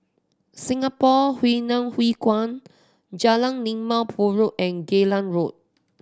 Singapore Hainan Hwee Kuan Jalan Limau Purut and Geylang Road